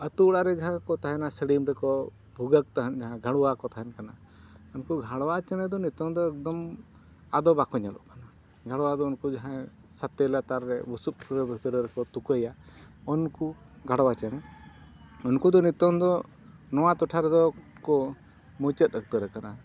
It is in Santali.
ᱟᱹᱛᱩ ᱚᱲᱟᱜ ᱨᱮ ᱡᱟᱦᱟᱸᱭ ᱠᱚ ᱛᱟᱦᱮᱱᱟ ᱥᱟᱹᱲᱤᱢ ᱨᱮᱠᱚ ᱵᱷᱩᱜᱟᱹᱜ ᱛᱟᱦᱮᱱ ᱡᱟᱦᱟᱸ ᱜᱷᱮᱲᱣᱟ ᱠᱚ ᱛᱟᱦᱮᱱ ᱠᱟᱱᱟ ᱩᱱᱠᱩ ᱜᱷᱟᱲᱣᱟ ᱪᱮᱬᱮ ᱫᱚ ᱱᱤᱛᱳᱜ ᱫᱚ ᱮᱠᱫᱚᱢ ᱟᱫᱚ ᱵᱟᱠᱚ ᱧᱮᱞᱚᱜ ᱠᱟᱱᱟ ᱜᱷᱮᱲᱣᱟ ᱫᱚ ᱩᱱᱠᱩ ᱡᱟᱦᱟᱸᱭ ᱥᱟᱛᱮ ᱞᱟᱛᱟᱨ ᱨᱮ ᱵᱩᱥᱩᱵ ᱠᱚ ᱛᱩᱠᱟᱹᱭᱟ ᱩᱱᱠᱩ ᱜᱷᱟᱲᱣᱟ ᱪᱮᱬᱮ ᱩᱱᱠᱩ ᱫᱚ ᱱᱤᱛᱚᱝ ᱫᱚ ᱱᱚᱣᱟ ᱴᱚᱴᱷᱟ ᱨᱮᱫᱚ ᱠᱚ ᱢᱩᱪᱟᱹᱫ ᱩᱛᱟᱹᱨ ᱟᱠᱟᱱᱟ